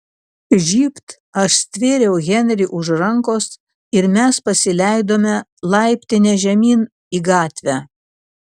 žybt aš stvėriau henrį už rankos ir mes pasileidome laiptine žemyn į gatvę